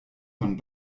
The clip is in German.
von